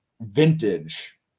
vintage